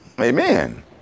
amen